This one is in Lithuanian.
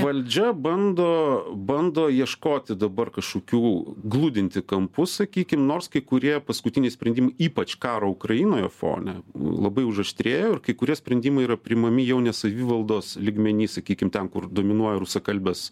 valdžia bando bando ieškoti dabar kažkokių gludinti kampus sakykim nors kai kurie paskutiniai sprendimai ypač karo ukrainoje fone labai užaštrėjo ir kai kurie sprendimai yra priimami jau ne savivaldos lygmenyj sakykime ten kur dominuoja rusakalbės